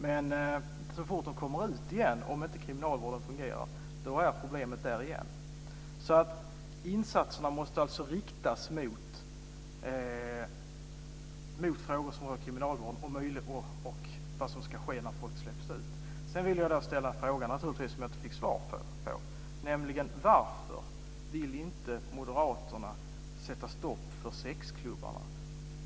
Men så fort de kommer ut är problemet där igen, om kriminalvården inte fungerar. Insatserna måste alltså riktas mot frågor som rör kriminalvården och vad som ska ske när folk släpps ut. Jag vill naturligtvis ställa frågan som jag inte fick svar på: Varför vill inte Moderaterna sätta stopp för sexklubbarna?